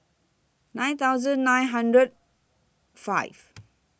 nine thousand nine hundred five